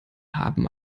haben